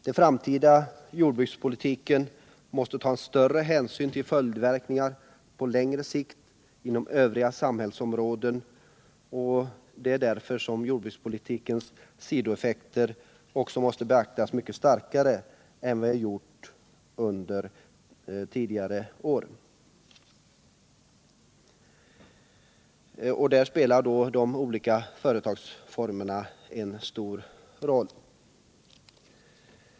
Den framtida jordbrukspolitiken måste ta större hänsyn till följdverkningar på längre sikt inom övriga samhällsområden, och det är därför som vi också måste beakta jordbrukspolitikens sidoeffekter mycket starkare än vad vi gjort under tidigare år. Därvid spelar de olika företagsformerna en stor roll.